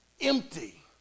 empty